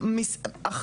הופעות.